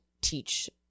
teach